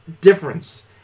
difference